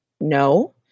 no